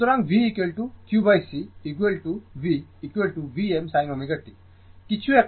সুতরাং V qC V Vm sin ω t